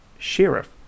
Sheriff